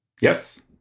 yes